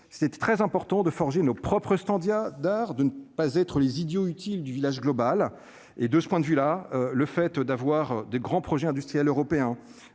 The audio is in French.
c'était très important de forger nos propres stand a d'heures de ne pas être les idiots utiles du village global et de ce point de vue là le fait d'avoir de grands projets industriels européens